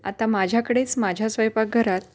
आता माझ्याकडेच माझ्या स्वयंपाकघरात